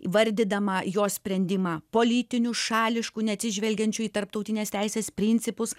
vardydama jos sprendimą politiniu šališku neatsižvelgiančiu į tarptautinės teisės principus